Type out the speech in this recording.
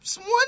One